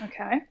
Okay